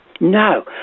No